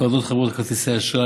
הפרדת חברות כרטיסי האשראי,